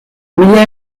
mila